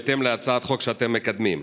בהתאם להצעת חוק שאתם מקדמים.